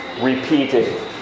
repeated